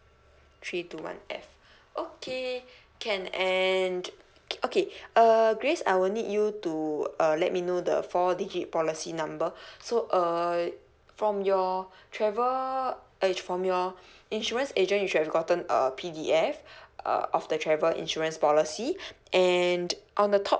three two one F okay can and okay err grace I will need you to uh let me know the four digit policy number so uh from your travel eh from your insurance agent you should have gotten a P_D_F uh of the travel insurance policy and on the top